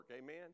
amen